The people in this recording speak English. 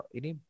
ini